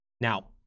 Now